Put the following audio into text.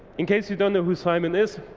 in case you don't know who simon is,